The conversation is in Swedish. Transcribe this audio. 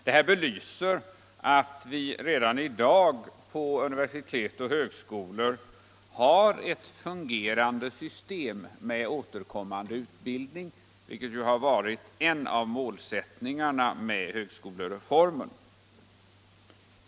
Detta belyser att vi redan I dag på universitet och högskolor har ett fungerande system med återkommande utbildning, vilket ju har varit en av målsättningarna med högskolereformen.